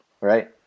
right